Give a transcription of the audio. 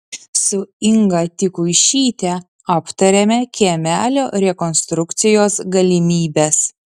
su inga tikuišyte aptarėme kiemelio rekonstrukcijos galimybes